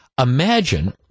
Imagine